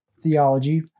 theology